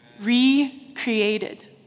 Recreated